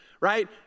Right